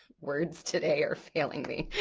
words today are failing me.